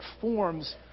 forms